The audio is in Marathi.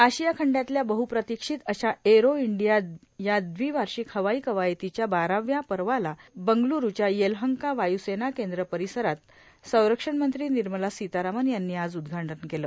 आशिया खंडातल्या बहप्रतीक्षित अशा एरो इंडिया या दविवार्षिक हवाई कवायतीच्या बाराव्या पर्वाला बंगलूरुच्या येलहंका वाय्सेना केंद्र परिसरात संरक्षणमंत्री निर्मला सीतारामन यांनी आज उद्घाटन केलं